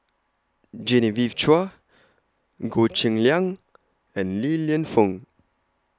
Genevieve Chua Goh Cheng Liang and Li Lienfung